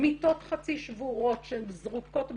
מיטות חצי שבורות שזרוקות בחדרים.